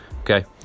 okay